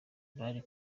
bari